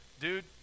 Dude